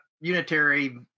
unitary